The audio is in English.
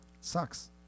Sucks